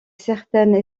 certaines